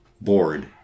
board